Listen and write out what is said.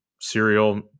serial